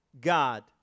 God